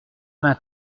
vingt